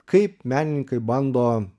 kaip menininkai bando